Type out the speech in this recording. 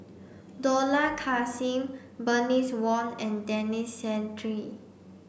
Dollah Kassim Bernice Wong and Denis Santry